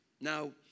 Now